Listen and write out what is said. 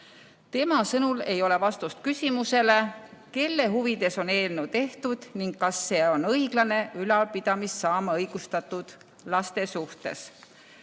Tema sõnul ei ole vastust küsimusele, kelle huvides on eelnõu tehtud ning kas see on õiglane ülalpidamist saama õigustatud laste suhtes.